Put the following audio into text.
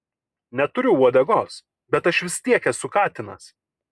neturiu uodegos bet aš vis tiek esu katinas